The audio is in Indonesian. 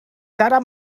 cara